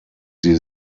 sie